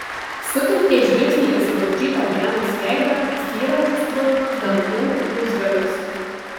sutelkė žvilgsnį į sudaužytą dianos veidą styrančius kruvinus dantų lūžgalius